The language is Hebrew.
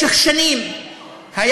משך שנים היה